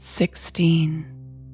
Sixteen